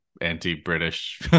anti-British